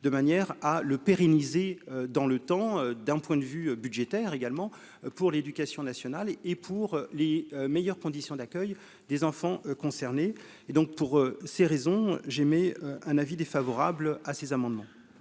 de manière à le pérenniser dans le temps d'un point de vue budgétaire également pour l'éducation nationale et pour les meilleures conditions d'accueil des enfants concernés et donc pour ces raisons, j'émets un avis défavorable à ces amendements.